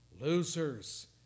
Losers